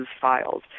files